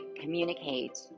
communicate